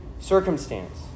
Circumstance